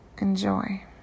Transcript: Enjoy